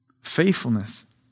faithfulness